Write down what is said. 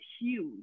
huge